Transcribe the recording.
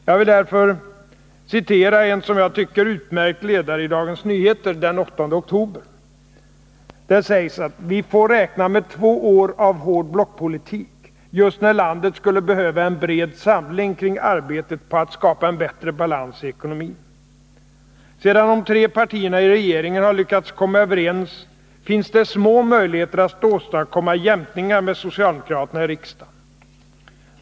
Jag vill bl.a. därför citera en som jag tycker utmärkt ledare i Dagens Nyheter den 8 oktober. Där står: ”Vi får räkna med två år av hård blockpolitik, just när landet skulle behöva en bred samling kring arbetet på att skapa en bättre balans i ekonomin. Sedan de tre partierna i regeringen har lyckats komma överens finns det små möjligheter att åstadkomma jämkningar med socialdemokraterna i riksdagen.